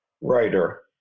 writer